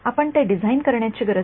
आपण ते डिझाइन करण्याची गरज नाही